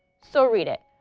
so read it.